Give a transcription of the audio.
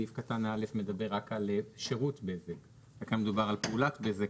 סעיף קטן (א) מדבר רק על שירות בזק וכאן מדובר על פעולת בזק,